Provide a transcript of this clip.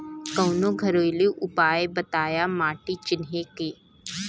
कवनो घरेलू उपाय बताया माटी चिन्हे के?